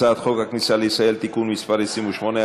הצעת חוק הכניסה לישראל (תיקון מס' 28),